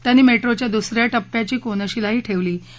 त्यांनी मद्रीच्या दुसऱ्या टप्प्याची कोनशिलाही ठघ्रमी